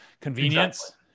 convenience